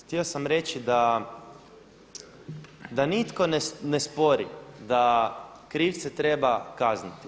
Htio sam reći da nitko ne spori da krivce treba kazniti.